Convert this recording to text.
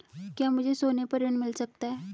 क्या मुझे सोने पर ऋण मिल सकता है?